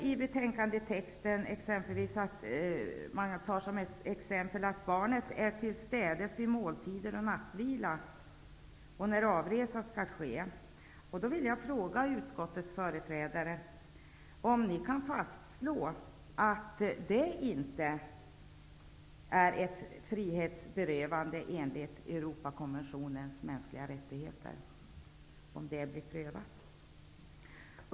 I betänkandet står t.ex. att ''barnet är tillstädes vid måltider och nattvila och när avresa skall ske''. Jag vill då fråga utskottets företrädare: Kan ni fastslå att det vid en eventuell prövning inte skulle betraktas som ett frihetsberövande av Europadomstolen?